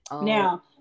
Now